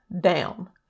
down